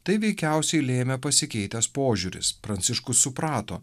tai veikiausiai lėmė pasikeitęs požiūris pranciškus suprato